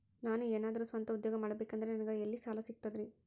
ನಾನು ಏನಾದರೂ ಸ್ವಂತ ಉದ್ಯೋಗ ಮಾಡಬೇಕಂದರೆ ನನಗ ಸಾಲ ಎಲ್ಲಿ ಸಿಗ್ತದರಿ?